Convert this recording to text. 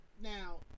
Now